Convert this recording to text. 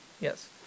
Yes